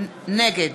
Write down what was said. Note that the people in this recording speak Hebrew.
נגד